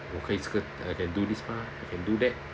wo ke yi zhe ge I can do this mah I can do that